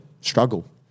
struggle